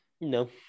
No